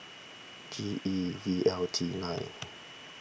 G E V L T nine